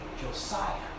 Josiah